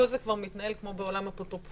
פה זה כבר מתנהל כמו בעולם האפוטרופסות,